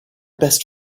best